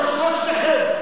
של שלושתכם.